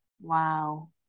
Wow